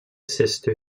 sister